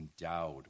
endowed